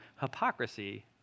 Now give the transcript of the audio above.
hypocrisy